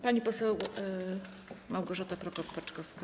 Pani poseł Małgorzata Prokop-Paczkowska.